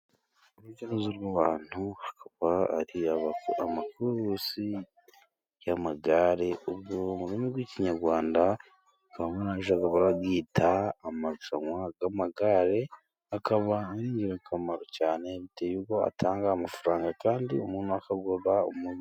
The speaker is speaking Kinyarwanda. Urujya n'uruza rw'abantu, akaba ari amakurusi y'amagare. Ubwo mu rurimi rw'Ikinyarwanda bakaba bamwe bajya barayita amarushanwa y'amagare, akaba ari ingirakamaro cyane bitewe n'uko atanga amafaranga kandi umuntu...